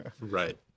right